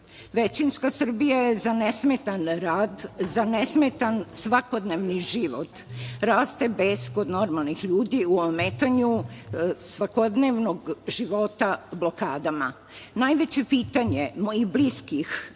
Većinska Srbija je za nesmetan rad, za nesmetan svakodnevni život. Rasta bes kod normalnih ljudi u ometanju svakodnevnog života blokada. Najveće pitanje mojih bliskih